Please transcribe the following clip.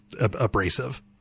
abrasive